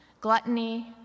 gluttony